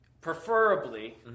Preferably